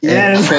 Yes